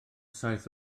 saith